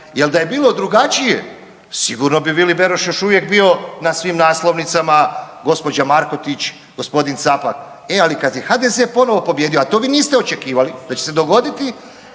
jel da je bilo drugačije sigurno bi Vili Beroš još uvijek bio na svim naslovnicama, gospođa Markotić, gospodin Capak, e kad je HDZ ponovo pobijedio, a to vi niste očekivali da će se dogoditi